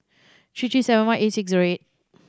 three three seven one eight six zero eight